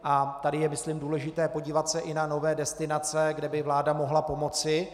A tady je myslím důležité podívat se i na nové destinace, kde by vláda mohla pomoci.